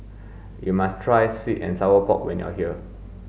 you must try sweet and sour pork when you are here